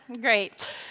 Great